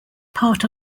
part